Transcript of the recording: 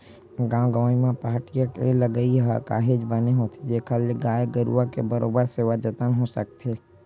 गाँव गंवई म पहाटिया के लगई ह काहेच बने होथे जेखर ले गाय गरुवा के बरोबर सेवा जतन हो सकथे